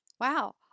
wow